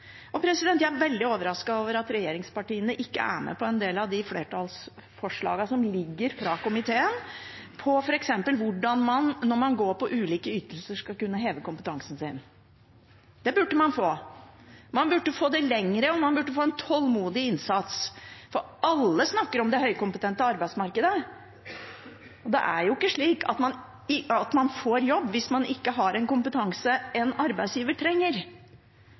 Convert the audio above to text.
Jeg er veldig overrasket over at regjeringspartiene ikke er med på en del av flertallsforslagene fra komiteen, f.eks. om hvordan man, når man går på ulike ytelser, skal kunne få hevet kompetansen sin. Det burde man få. Man burde få det lenger, og man burde få en tålmodig innsats. Alle snakker om det høykompetente arbeidsmarkedet, men det er jo ikke slik at man får jobb hvis man ikke har den kompetansen arbeidsgiveren trenger.